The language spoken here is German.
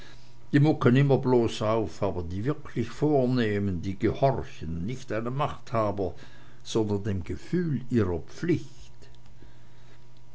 die mucken immer bloß auf aber die wirklich vornehmen die gehorchen nicht einem machthaber sondern dem gefühl ihrer pflicht